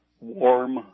warm